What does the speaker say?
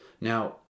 Now